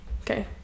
Okay